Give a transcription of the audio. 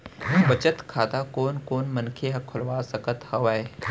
बचत खाता कोन कोन मनखे ह खोलवा सकत हवे?